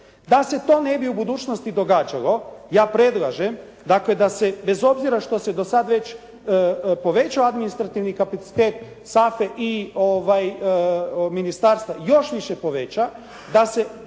Da se to ne bi u budućnosti događalo ja predlažem dakle da se bez obzira što se do sad već povećao administrativni kapacitet SAFA-e i Ministarstva još više poveća. Da se